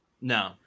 no